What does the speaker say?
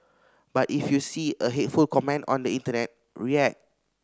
but if you see a hateful comment on the internet react